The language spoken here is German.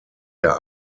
der